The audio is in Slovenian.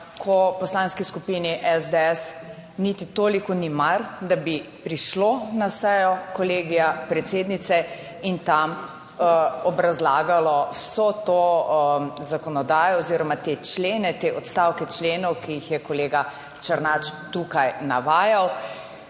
ko Poslanski skupini SDS niti toliko ni mar, da bi prišlo na sejo Kolegija predsednice in tam obrazlagalo vso to zakonodajo oziroma te člene, te odstavke členov, ki jih je kolega Černač tukaj navajal.